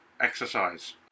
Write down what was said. exercise